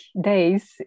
days